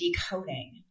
decoding